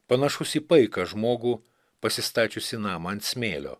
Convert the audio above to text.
panašus į paiką žmogų pasistačiusį namą ant smėlio